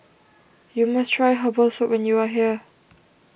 you must try Herbal Soup when you are here